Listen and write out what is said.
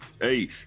Hey